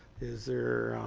is there